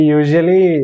usually